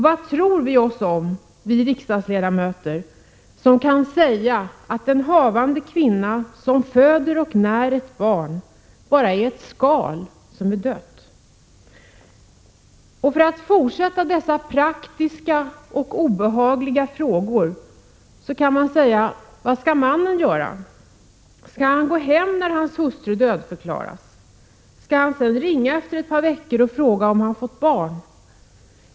Vad tror vi oss om, vi riksdagsledamöter, som kan säga att en havande kvinna, som föder och när ett barn, bara är ett skal som är dött? Och vad skall mannen göra? Skall han gå hem när hans hustru dödförklaras? Skall han ringa efter ett par veckor och fråga om han har fått ett barn?